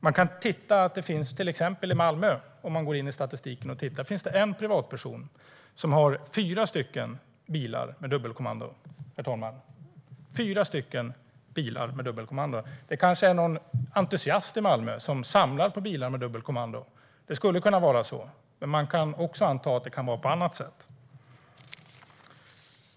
Man kan se i statistiken att i till exempel Malmö finns det en privatperson som har fyra bilar med dubbelkommando, herr talman. Det kanske är någon entusiast i Malmö som samlar på bilar med dubbelkommando. Det skulle kunna vara så, men man kan också anta att det kan vara på ett annat sätt.